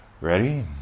Ready